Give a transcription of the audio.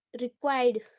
required